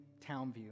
Townview